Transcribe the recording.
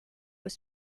were